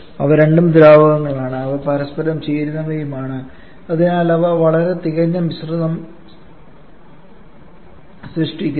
അവ രണ്ടും ദ്രാവകങ്ങളാണ് അവ പരസ്പരം ചേരുന്നവയും ആണ് അതിനാൽ അവ വളരെ തികഞ്ഞ മിശ്രിതം സൃഷ്ടിക്കുന്നു